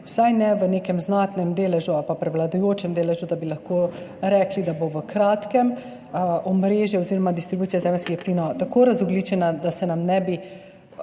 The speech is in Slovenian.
vsaj ne v nekem znatnem deležu ali pa prevladujočem deležu, da bi lahko rekli, da bo v kratkem omrežje oziroma distribucija zemeljskih plinov tako razogljičena, da se nam ne bi